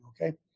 okay